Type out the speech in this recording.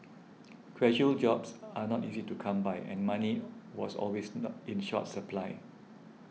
casual jobs are not easy to come by and money was always in short supply